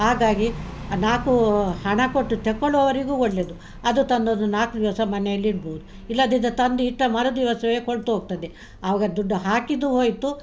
ಹಾಗಾಗಿ ನಾಲ್ಕು ಹಣ ಕೊಟ್ಟು ತೆಕ್ಕೊಳ್ಳು ಅವರಿಗೂ ಒಳ್ಳೆಯದು ಅದ್ರ ತಂದೊಂದು ನಾಲ್ಕು ದಿವಸ ಮನೆಯಲ್ಲಿಡ್ಬಹುದು ಇಲ್ಲದಿದ್ದರೆ ತಂದು ಇಟ್ಟ ಮರು ದಿವಸವೇ ಕೊಳ್ತೋಗ್ತದೆ ಆವಾಗ ದುಡ್ಡು ಹಾಕಿದ್ದು ಹೋಯಿತು